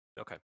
Okay